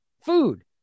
food